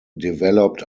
developed